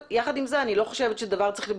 יחד עם זאת אני לא חושבת שזה לא צריך להיות מטופל,